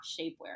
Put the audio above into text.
shapewear